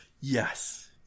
yes